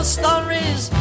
stories